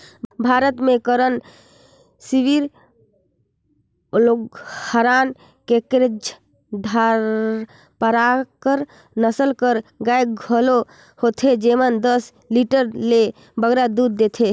भारत में करन स्विस, ओंगोल, हराना, केकरेज, धारपारकर नसल कर गाय घलो होथे जेमन दस लीटर ले बगरा दूद देथे